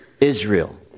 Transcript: Israel